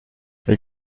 les